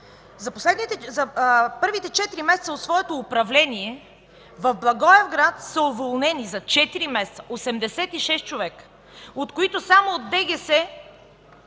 за първите четири месеца от своето управление в Благоевград са уволнени за четири месеца – 86 човека, от които само от ДГС,